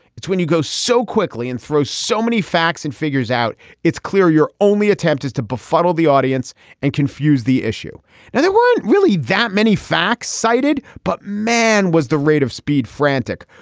it's when you go so quickly and throw so many facts and figures out it's clear your only attempt is to befuddle the audience and confuse the issue now there weren't really that many facts cited but man was the rate of speed frantic.